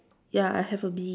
ya I have a bee